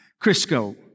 Crisco